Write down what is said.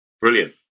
brilliant